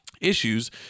issues